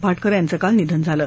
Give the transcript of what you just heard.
भाटकर यांचं काल निधन झालं